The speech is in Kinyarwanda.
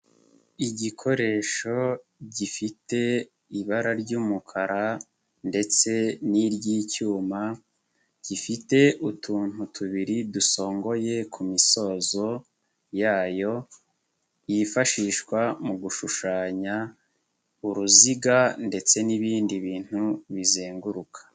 Igikoresho gifite ibara ry'umukara ndetse n'iry'icyuma, gifite utuntu tubiri dusongoye ku misozo yayo, yifashishwa mu gushushanya uruziga ndetse n'ibindi bintu bizenguruka.